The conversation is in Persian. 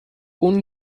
اون